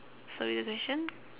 sorry your question